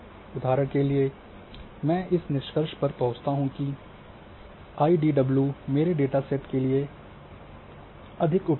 उदाहरण के लिए मैं इस निष्कर्ष पर पहुंचता हूं कि आईडीडब्लू मेरे डेटा सेट के लिए अधिक है उपयुक्त है